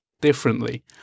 differently